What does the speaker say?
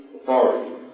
authority